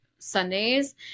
sundays